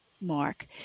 mark